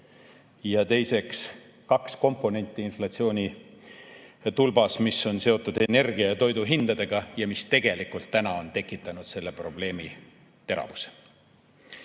Ja teiseks, kaks komponenti inflatsioonitulbas, mis on seotud energia ja toidu hindadega ja mis tegelikult ongi tekitanud selle probleemi teravuse.